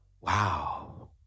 Wow